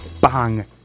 bang